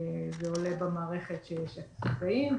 זה עולה במערכת שיש אפס מגעים,